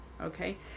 Okay